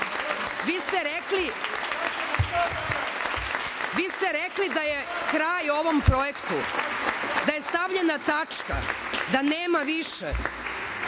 kad ste rekli da je kraj ovom projektu, da je stavljena tačka, da nema više.